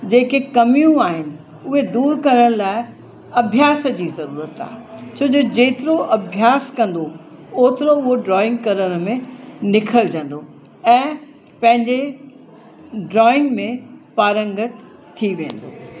जेके कमियूं आहिनि उहे दूरि करण लाइ अभ्यास जी ज़रूरत आहे छो जो जेतिरो अभ्यास कंदो ओतिरो उहो ड्रॉइंग करण में निखरजंदो ऐं पंहिंजे ड्रॉइंग में पारंगत थी वेंदो